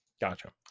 Gotcha